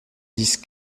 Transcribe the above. dix